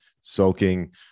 soaking